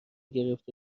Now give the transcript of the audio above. گرفت